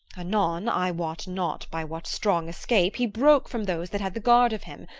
anon, i wot not by what strong escape, he broke from those that had the guard of him,